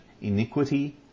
iniquity